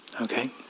okay